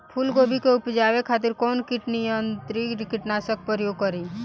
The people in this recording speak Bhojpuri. फुलगोबि के उपजावे खातिर कौन कीट नियंत्री कीटनाशक के प्रयोग करी?